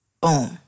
Boom